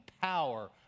power